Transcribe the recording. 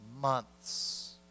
months